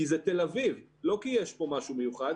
כי זה תל אביב, לא כי יש פה משהו מיוחד,